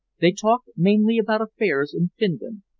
they talked mainly about affairs in finland,